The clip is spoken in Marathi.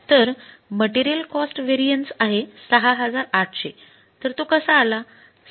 तर मटेरियल कॉस्ट व्हेरिएन्स आहे ६८०० तर तो कसा आला